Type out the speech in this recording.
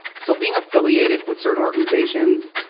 so, being affiliated with certain organizations,